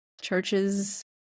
churches